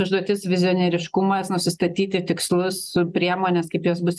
užduotis vizijonieriškumas nusistatyti tikslus priemones kaip jos bus